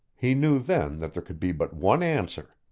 he knew then that there could be but one answer,